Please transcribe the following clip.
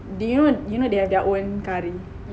do you want you know they have their own curry